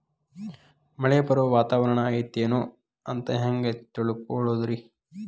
ಮಳೆ ಬರುವ ವಾತಾವರಣ ಐತೇನು ಅಂತ ಹೆಂಗ್ ತಿಳುಕೊಳ್ಳೋದು ರಿ?